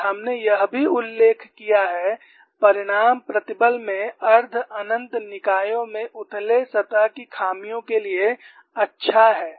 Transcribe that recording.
और हमने यह भी उल्लेख किया है परिणाम प्रतिबल में अर्ध अनंत निकायों में उथले सतह की खामियों के लिए अच्छा है